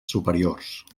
superiors